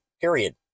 period